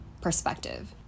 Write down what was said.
perspective